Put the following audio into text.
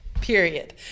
period